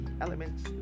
elements